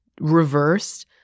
reversed